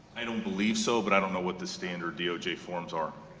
i don't believe so, but i don't know what the standard doj forms are.